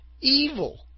evil